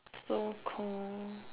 so cold